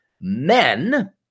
men